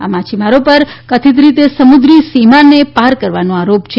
આ માછીમારો પર કથિત રીતે સમુદ્રી સીમાને પાર કરવાનો આરોપ છે